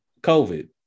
COVID